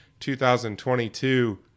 2022